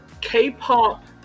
K-pop